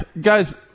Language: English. guys